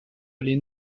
les